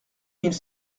mille